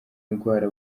ndwara